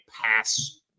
pass